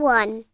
one